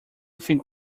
think